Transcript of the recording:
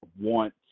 want